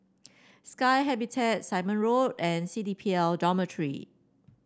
Sky Habitat Simon Road and C D P L Dormitory